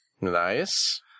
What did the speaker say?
Nice